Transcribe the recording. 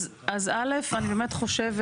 אז א', אני באמת חושבת,